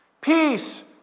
Peace